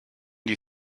die